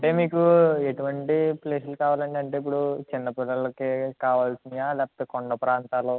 అంటే మీకు ఎటువంటి ప్లేసులు కావాలండి అంటే ఇప్పుడు చిన్న పిల్లలకి కావల్సినవా లేకపోతే కొండ ప్రాంతాలు